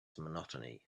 monotony